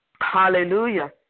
Hallelujah